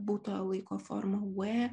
būtojo laiko forma ve